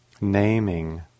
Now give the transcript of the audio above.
naming